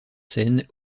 seine